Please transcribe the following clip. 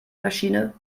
maschine